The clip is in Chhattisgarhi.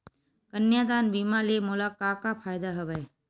कन्यादान बीमा ले मोला का का फ़ायदा हवय?